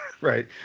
right